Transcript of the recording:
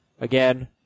Again